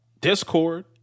Discord